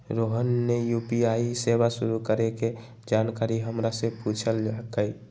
रोहन ने यू.पी.आई सेवा शुरू करे के जानकारी हमरा से पूछल कई